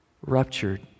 ruptured